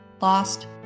lost